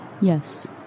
Yes